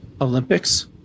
Olympics